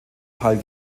teil